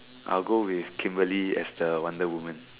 I'll go with Kimberly as the wonder-woman